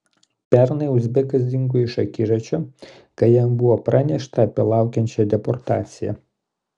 pernai uzbekas dingo iš akiračio kai jam buvo pranešta apie laukiančią deportaciją